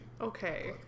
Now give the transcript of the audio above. Okay